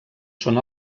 són